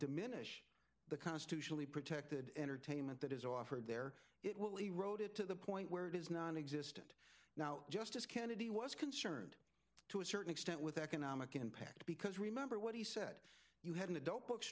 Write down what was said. diminish the constitutionally protected entertainment that is offered there it will erode it to the point where it is nonexistent now justice kennedy was concerned to a certain extent with economic impact because remember what he said you had an adult book